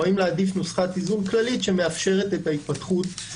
או לחלופין להעדיף נוסחת איזון כללית שמאפשרת את ההתפתחות בפסיקה,